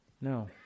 No